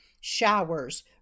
showers